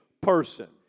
person